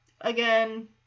again